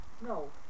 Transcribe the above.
no